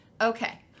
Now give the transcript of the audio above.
Okay